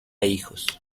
hijos